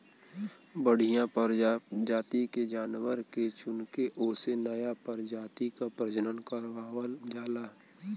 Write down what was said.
बढ़िया परजाति के जानवर के चुनके ओसे नया परजाति क प्रजनन करवावल जाला